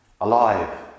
Alive